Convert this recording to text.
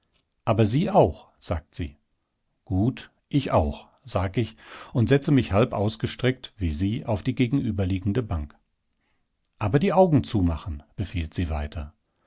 aber sie auch sagt sie gut ich auch sag ich und setze mich halb ausgestreckt wie sie auf die gegenüberliegende bank aber die augen zumachen befiehlt sie weiter